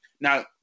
Now